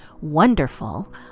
wonderful